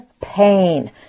pain